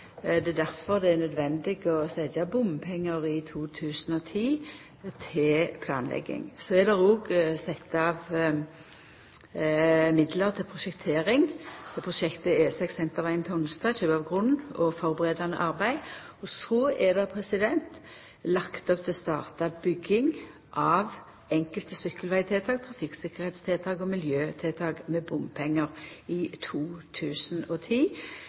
Det er difor det er naudsynt å setja inn bompengar i 2010 til planlegging. Så er det òg sett av midlar til prosjektering av prosjektet E6 Sentervegen–Tonstad, kjøp av grunn og førebuing av arbeidet. Så er det lagt opp til start av bygging av enkelte sykkelvegtiltak, trafikktryggingstiltak og miljøtiltak med bompengar i